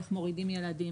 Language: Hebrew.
איך מורידים ילדים,